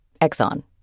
Exxon